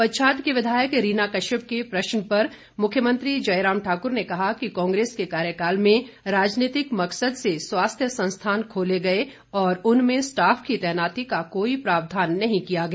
पच्छाद की विधायक रीना कश्यप के प्रश्न पर मुख्यमंत्री जयराम ठाकुर ने कहा कि कांग्रेस के कार्यकाल में राजनीतिक मकसद से स्वास्थ्य संस्थान खोले गए और उनमें स्टाफ की तैनाती का कोई प्रावधान नहीं किया गया